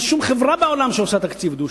אין שום חברה בעולם שעושה תקציב דו-שנתי.